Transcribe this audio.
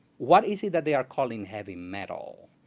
what is it that they are calling heavy metal?